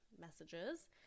messages